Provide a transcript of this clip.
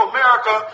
America